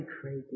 crazy